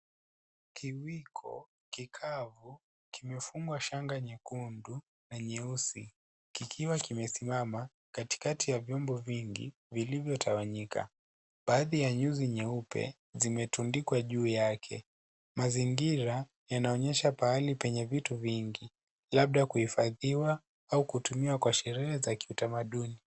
kiwiko kikavu kimefungwa shanga nyekundu na nyeusi kikiwa kimesimama katikati ya vyombo vingi vilivyotawanyika. Baadhi ya nyuzi nyeupe zimetundikwa juu yake. Mazingira yanaonyesha pahali penye vitu vingi, labda kuhifadhiwa au kutumiwa kwa sherehe za kiutamaduni.